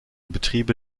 betriebe